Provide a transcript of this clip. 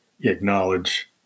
acknowledge